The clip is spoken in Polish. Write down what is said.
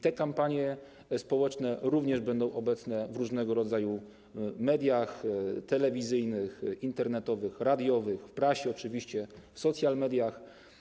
Te kampanie społeczne również będą obecne w różnego rodzaju mediach: telewizyjnych, internetowych, radiowych, w prasie oczywiście, w social mediach.